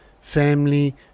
family